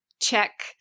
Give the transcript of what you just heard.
check